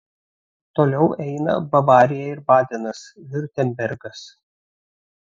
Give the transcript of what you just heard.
toliau eina bavarija ir badenas viurtembergas